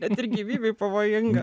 net ir gyvybei pavojinga